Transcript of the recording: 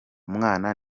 umwana